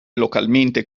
localmente